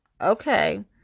okay